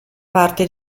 parte